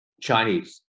Chinese